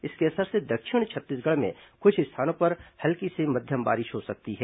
इसके असर से दक्षिण छत्तीसगढ़ में कुछ स्थानों पर हल्की से मध्यम बारिश हो सकती है